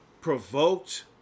Provoked